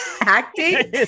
Acting